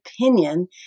opinion